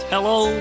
Hello